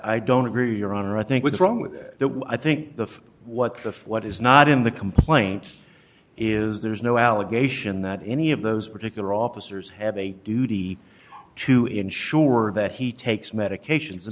i don't agree your honor i think was wrong with that i think the what the what is not in the complaint is there's no allegation that any of those particular officers have a duty to ensure that he takes medications